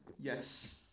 Yes